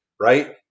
right